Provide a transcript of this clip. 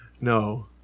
No